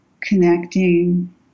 connecting